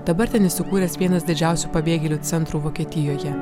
dabar ten įsikūręs vienas didžiausių pabėgėlių centrų vokietijoje